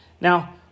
Now